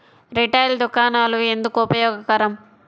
Retail దుకాణాలు ఎందుకు ఉపయోగకరం?